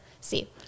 see